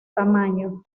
tamaño